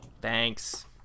Thanks